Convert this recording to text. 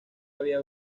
había